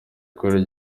kuri